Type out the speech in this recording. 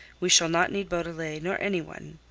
we shall not need beaudelet nor any one.